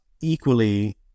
equally